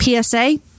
PSA